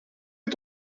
les